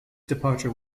departure